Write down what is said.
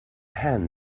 hand